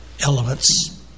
elements